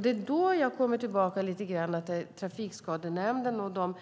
Det är då jag lite grann kommer tillbaka till Trafikskadenämnden och